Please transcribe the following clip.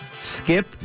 Skip